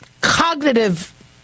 cognitive